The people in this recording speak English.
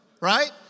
right